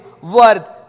worth